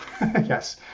Yes